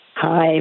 Hi